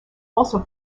also